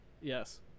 Yes